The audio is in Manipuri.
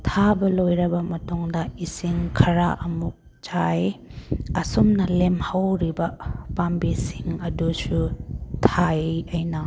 ꯊꯥꯕ ꯂꯣꯏꯔꯕ ꯃꯇꯨꯡꯗ ꯏꯁꯤꯡ ꯈꯔ ꯑꯃꯨꯛ ꯆꯥꯏ ꯑꯁꯨꯝꯅ ꯂꯦꯝꯍꯧꯔꯤꯕ ꯄꯥꯝꯕꯤꯁꯤꯡ ꯑꯗꯨꯁꯨ ꯊꯥꯏ ꯑꯩꯅ